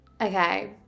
Okay